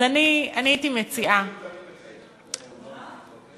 אז אני הייתי מציעה, למירי הוא תמיד מקיים.